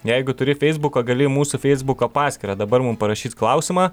jeigu turi feisbuką gali į mūsų feisbuko paskyrą dabar mum parašyt klausimą